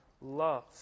love